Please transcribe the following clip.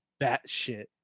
batshit